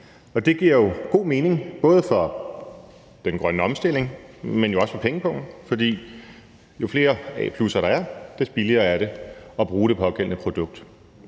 det giver jo god mening – både for den grønne omstilling, men jo også for pengepungen, for jo flere A-plusser der er, des billigere er det at bruge det pågældende produkt.